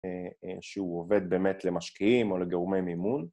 ‫אה.. אה.. שהוא עובד באמת למשקיעים ‫או לגורמי מימון.